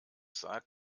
sagt